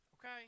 okay